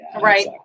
Right